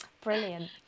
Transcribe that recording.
Brilliant